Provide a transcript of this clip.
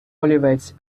олівець